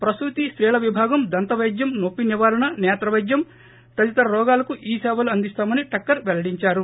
ప్రసూతి స్తీల విభాగం దంతవైద్యం నొప్పి నివారణ నేత్రవైద్యం తదితర రోగులకు ఈ సేవలు అందిస్తామని టక్కర్ పెల్లడించారు